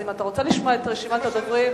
אם אתה רוצה לשמוע את רשימת הדוברים,